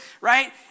right